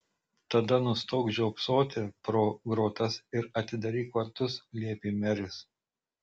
tada nustok žiopsoti pro grotas ir atidaryk vartus liepė meris